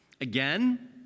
again